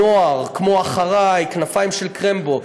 נוער כמו "אחרי", כנפיים של קרמבו.